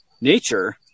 nature